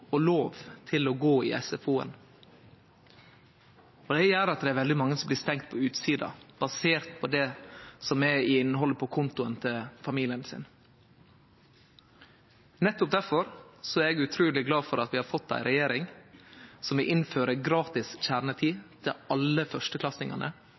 lov til å gå på SFO. Det gjer at det er veldig mange som blir stengde ute, er på utsida, basert på innhaldet på kontoen til familien. Nettopp difor er eg utruleg glad for at vi har fått ei regjering som vil innføre